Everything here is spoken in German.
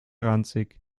ranzig